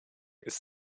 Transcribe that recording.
ist